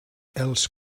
els